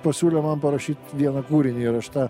pasiūlė man parašyt vieną kūrinį ir aš tą